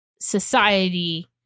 society